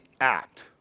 act